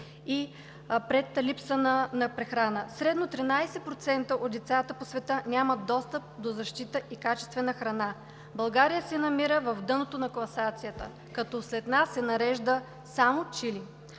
и липса на прехрана. Средно 13% от децата по света нямат достъп до защита и качествена храна. България се намира в дъното на класацията, като след нас се нарежда само Чили.